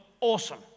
awesome